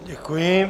Děkuji.